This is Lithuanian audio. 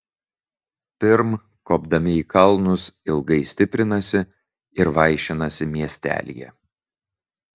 pirm kopdami į kalnus ilgai stiprinasi ir vaišinasi miestelyje